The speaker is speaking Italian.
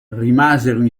rimasero